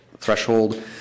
threshold